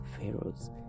pharaohs